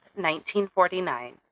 1949